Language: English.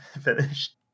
finished